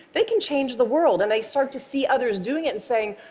they can change the world. and they start to see others doing it, and saying,